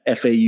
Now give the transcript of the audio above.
FAU